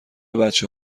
بچه